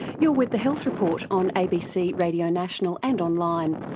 you're with the health report on abc radio national and online,